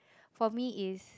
for me is